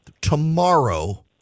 Tomorrow